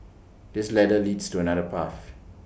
this ladder leads to another path